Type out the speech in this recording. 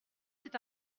c’est